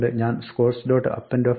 അതുകൊണ്ട് ഞാൻ scores